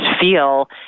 feel